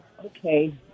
Okay